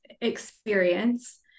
experience